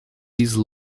these